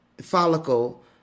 follicle